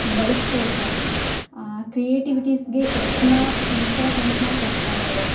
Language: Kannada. ಬಳ್ಸಿಕೊಳ್ತಾ ಇದಾರೆ ಕ್ರಿಯೆಟಿವಿಟಿಸ್ಗೆ ಹೆಚ್ಚಿನ ಇಂಪಾರ್ಟೆಂಟ್ಸ್ನ ಕೊಡ್ತಾ ಇದಾರೆ